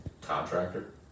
contractor